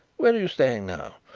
where are you staying now?